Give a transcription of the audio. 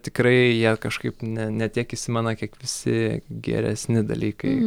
tikrai jie kažkaip ne ne tiek įsimena kiek visi geresni dalykai